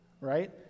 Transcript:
right